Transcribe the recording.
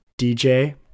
DJ